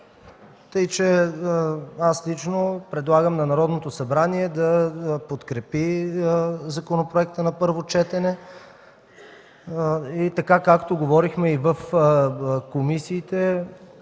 Лично аз предлагам на Народното събрание да подкрепим законопроекта на първо четене, така както говорихме и в комисиите